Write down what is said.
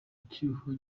cyuho